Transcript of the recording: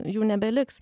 jų nebeliks